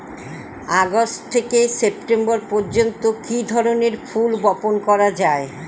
August থেকে September পর্যন্ত কি ধরনের ফুল বপন করা যায়?